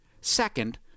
Second